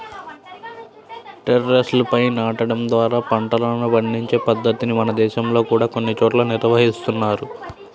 టెర్రస్లపై నాటడం ద్వారా పంటలను పండించే పద్ధతిని మన దేశంలో కూడా కొన్ని చోట్ల నిర్వహిస్తున్నారు